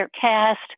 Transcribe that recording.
cast